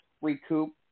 recoup